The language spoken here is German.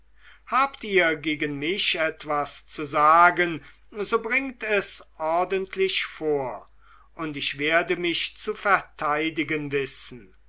habt ihr gegen mich etwas zu sagen so bringt es ordentlich vor und ich werde mich zu verteidigen wissen